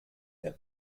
der